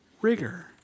rigor